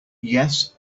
yes